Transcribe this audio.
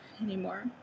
anymore